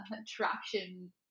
attraction